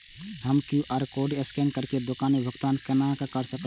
हम QR code scan करके दुकान में भुगतान केना कर सकब?